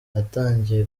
natangiye